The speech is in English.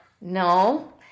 no